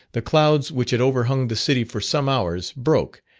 the clouds which had overhung the city for some hours, broke,